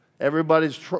Everybody's